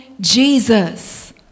Jesus